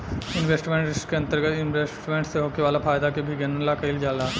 investment risk के अंतरगत investment से होखे वाला फायदा के भी गनना कईल जाला